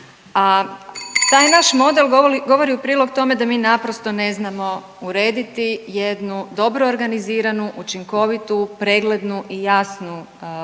taj naš model govori u prilog tome da mi naprosto ne znamo urediti jednu dobro organiziranu, učinkovitu, preglednu i jasnu državnu